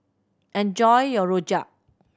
enjoy your rojak